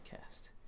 cast